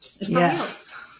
yes